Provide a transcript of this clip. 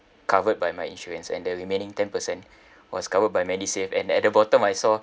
covered by my insurance and the remaining ten percent was covered by medisave and at the bottom I saw